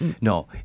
No